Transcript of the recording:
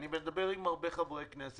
אני מדבר עם חברי כנסת.